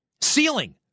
Ceiling